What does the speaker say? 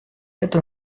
это